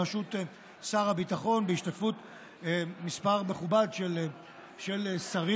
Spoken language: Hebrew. בראשות שר הביטחון ובהשתתפות מספר מכובד של שרים.